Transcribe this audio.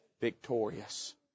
victorious